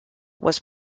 was